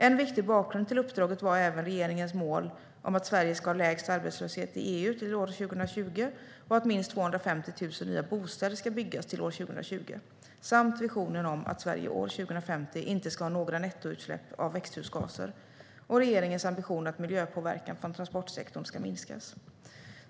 En viktig bakgrund till uppdraget var även regeringens mål om att Sverige ska ha lägst arbetslöshet i EU år 2020 och att minst 250 000 nya bostäder ska byggas till år 2020, visionen att Sverige år 2050 inte ska ha några nettoutsläpp av växthusgaser och regeringens ambition att miljöpåverkan från transportsektorn ska minskas.